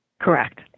Correct